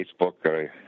Facebook